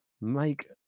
make